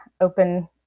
open